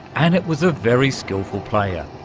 and it was a very skilful player.